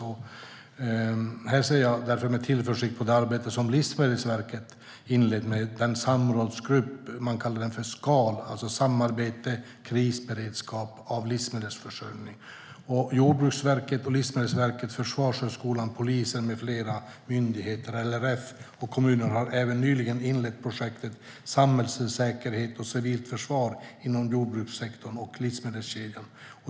Jag ser därför med tillförsikt på det arbete som Livsmedelsverket inlett inom den samrådsgrupp man kallar för Skal, samarbete krisberedskap av livsmedelsförsörjning. Jordbruksverket, Livsmedelsverket, Försvarshögskolan, polisen och flera myndigheter, LRF och kommuner har nyligen inlett ett projekt om samhällssäkerhet och civilt försvar inom jordbrukssektorn och livsmedelskedjor.